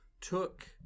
took